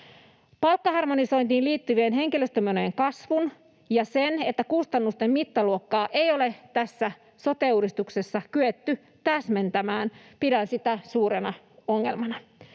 Palkkaharmonisointiin liittyvien henkilöstömenojen kasvua ja sitä, että kustannusten mittaluokkaa ei ole tässä sote-uudistuksessa kyetty täsmentämään, pidän suurena ongelmana.